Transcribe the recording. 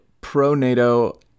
pro-NATO